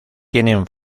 tienen